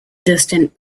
distant